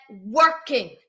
working